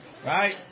Right